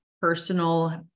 personal